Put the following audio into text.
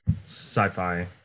sci-fi